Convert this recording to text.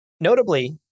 Notably